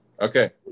Okay